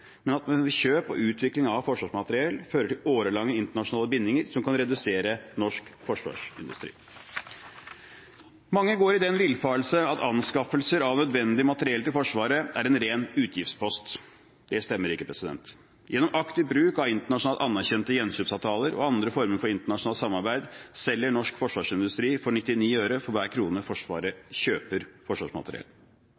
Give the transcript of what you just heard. men at kjøp og utvikling av forsvarsmateriell fører til årelange internasjonale bindinger som kan redusere norsk forsvarsindustri. Mange går i den villfarelse at anskaffelser av nødvendig materiell til Forsvaret er en ren utgiftspost. Det stemmer ikke. Gjennom aktiv bruk av internasjonalt anerkjente gjenkjøpsavtaler og andre former for internasjonalt samarbeid selger norsk forsvarsindustri for 99 øre for hver krone Forsvaret